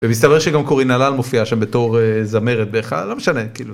ומסתבר שגם קורינה אלאל מופיעה שם בתור זמרת בהיכל, לא משנה, כאילו.